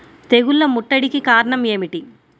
తెగుళ్ల ముట్టడికి కారణం ఏమిటి?